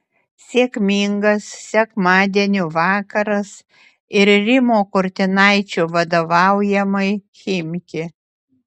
sėkmingas sekmadienio vakaras ir rimo kurtinaičio vadovaujamai chimki